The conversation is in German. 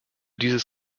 dieses